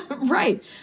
Right